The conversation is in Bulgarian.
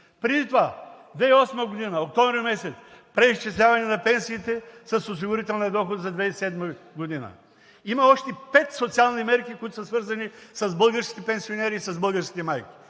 Преди това – 2008 г., октомври месец – преизчисляване на пенсиите с осигурителния доход за 2007 г. Има още пет социални мерки, които са свързани с българските пенсионери и с българските майки!